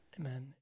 amen